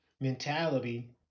mentality